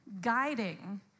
guiding